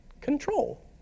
control